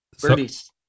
birdies